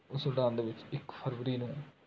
ਉਸ ਉਡਾਣ ਦੇ ਵਿੱਚ ਇੱਕ ਫਰਵਰੀ ਨੂੰ